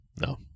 no